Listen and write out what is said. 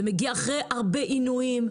זה מגיע אחרי הרבה עינויים,